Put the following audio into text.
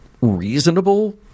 reasonable